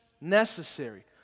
Necessary